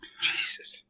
Jesus